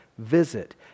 visit